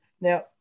Now